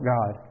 God